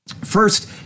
First